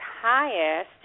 highest